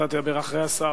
אתה תדבר אחרי השר,